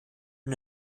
und